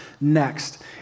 next